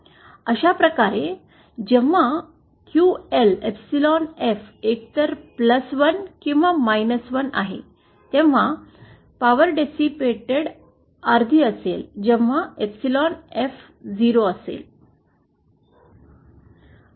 अशा प्रकारे जेव्हा क्यूएल एप्सिलॉन f एकतर 1 किंवा 1 आहे तेव्हा पॉवरडेसिपेटड अर्धी असेल जेव्हा एप्सिलॉन एफ 0 असेल